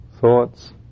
thoughts